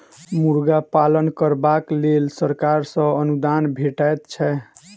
मुर्गा पालन करबाक लेल सरकार सॅ अनुदान भेटैत छै